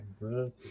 bro